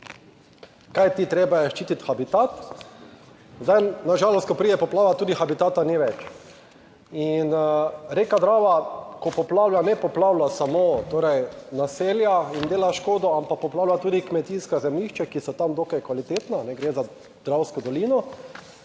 Kajti, treba je ščititi habitat. Na žalost, ko pride poplava, tudi habitata ni več. In reka Drava, ko poplavlja, ne poplavlja samo torej naselja in dela škodo, ampak poplavlja tudi kmetijska zemljišča, ki so tam dokaj kvalitetna, gre za Dravsko dolino